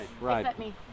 Right